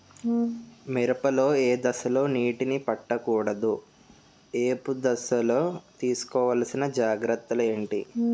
మిరప లో ఏ దశలో నీటినీ పట్టకూడదు? ఏపు దశలో తీసుకోవాల్సిన జాగ్రత్తలు ఏంటి?